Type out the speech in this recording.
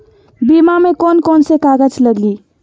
बीमा में कौन कौन से कागज लगी?